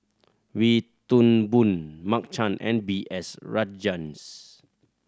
Wee Toon Boon Mark Chan and B S Rajhans